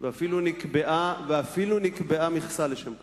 ואפילו נקבעה מכסה לשם כך.